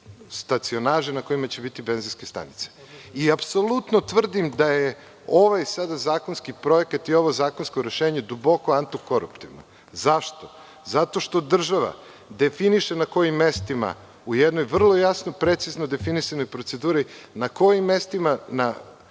stacionaži na kojima će biti benzinske stanice. Apsolutno tvrdim da je ovaj sada zakonski projekat i ovo zakonsko rešenje duboko antikoruptivno. Zašto? Zato što država definiše na kojim mestima u jednoj vrlo jasno i precizno definisanoj proceduri na kojim mestima na